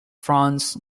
france